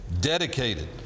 dedicated